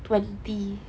twenty